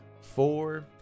four